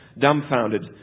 dumbfounded